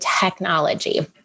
technology